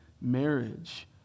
marriage